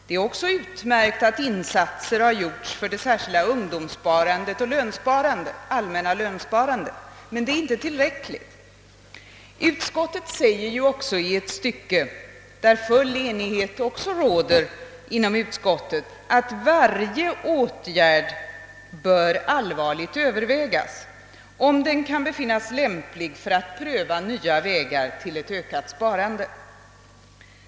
Det är likaledes utmärkt att insatser gjorts för det särskilda ungdomssparandet och det allmänna lönsparandet. Men det är inte tillräckligt. Utskottet säger också i ett stycke, varom full enighet råder, att varje åtgärd bör allvarligt övervägas, om den kan befinnas lämplig för att pröva nya vägar till ett ökat sparande.